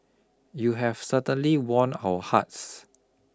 you have certainly won our hearts